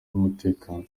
n’umutekano